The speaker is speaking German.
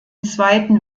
zweiten